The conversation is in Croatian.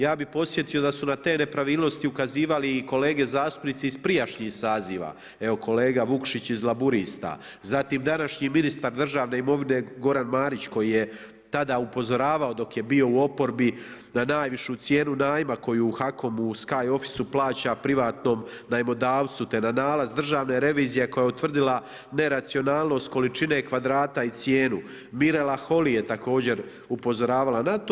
Ja bi podsjetio da su na te nepravilnosti ukazivali i kolege zastupnici iz prijašnjih saziva, evo kolega Vukšić iz Laburista, zatim današnji ministar državne imovine, Goran Marić, kji je tada upozoravao dok je bio u oporbi, na najvišu cijenu najma koji u HAK-omu u Sky office plaća privatnom najmodavcu, te na nalaz državne revizije, koja je utvrdila neracionalnost, količine kvadrata i cijenu, Mirela Holly je također upozoravala na to.